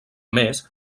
més